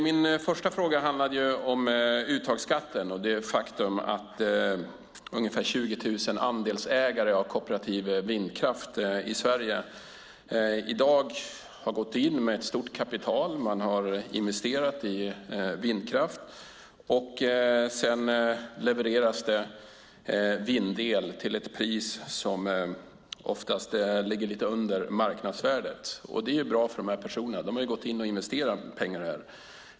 Min första fråga handlade om uttagsskatten och det faktum att ungefär 20 000 andelsägare av kooperativ vindkraft i Sverige i dag har gått in med ett stort kapital och har investerat i vindkraft. Sedan levereras det vindel till ett pris som oftast ligger lite under marknadsvärdet. Det är ju bra för de här personerna, som har gått in och investerat pengarna.